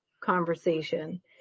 conversation